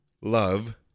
love